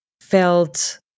felt